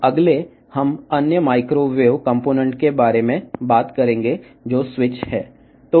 తదుపరి ఇతర మైక్రోవేవ్ భాగం అయిన స్విచ్ గురించి మాట్లాడుతాము